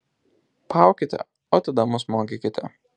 paaukite o tada mus mokykite